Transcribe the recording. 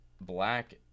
black